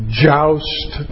joust